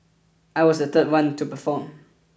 I was the third one to perform